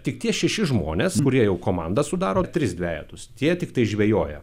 tik tie šeši žmonės kurie jau komandą sudaro tris dvejetus tie tiktai žvejoja